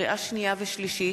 לקריאה שנייה ולקריאה שלישית: